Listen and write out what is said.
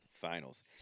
Finals